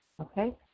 Okay